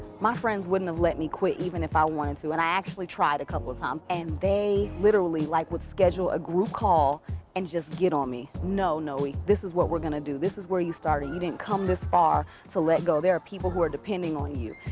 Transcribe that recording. my friends wouldn't have let me quit even if i wanted to and i actually tried a couple of times. and they literally like would schedule a group call and just get on me. no, noey. this is what we're gonna do. this is where you started. you didn't come this far to let go. there are people who are depending on you.